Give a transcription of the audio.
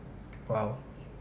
!wow!